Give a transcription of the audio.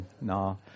no